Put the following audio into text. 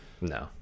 no